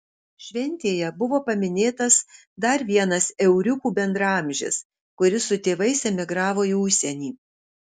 šventėje buvo paminėtas dar vienas euriukų bendraamžis kuris su tėvais emigravo į užsienį